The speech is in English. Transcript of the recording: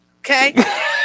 okay